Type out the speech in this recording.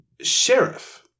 Sheriff